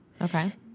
Okay